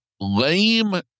lame